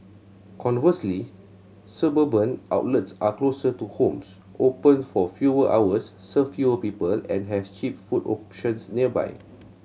conversely suburban outlets are closer to homes open for fewer hours serve fewer people and have cheap food options nearby